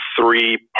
three